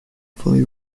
fully